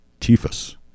TIFUS